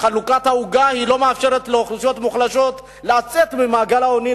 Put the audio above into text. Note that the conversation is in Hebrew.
וחלוקת העוגה לא מאפשרת לאוכלוסיות מוחלשות לצאת ממעגל העוני,